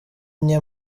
nke